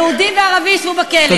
יהודי וערבי ישבו בכלא.